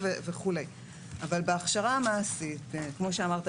וכמו שאמר חבר הכנסת,